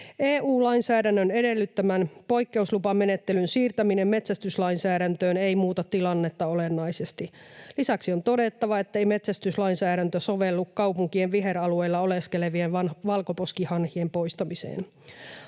EU-lainsäädännön edellyttämän poikkeuslupamenettelyn siirtäminen metsästyslainsäädäntöön ei muuta tilannetta olennaisesti. Lisäksi on todettava, ettei metsästyslainsäädäntö sovellu kaupunkien viheralueilla oleskelevien valkoposkihanhien poistamiseen.